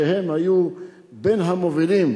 שהם היו בין המובילים